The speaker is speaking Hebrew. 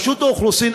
רשות האוכלוסין,